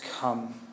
come